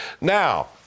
Now